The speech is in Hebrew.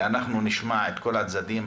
ואנחנו נשמע את כל הצדדים.